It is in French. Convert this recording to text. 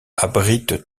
abrite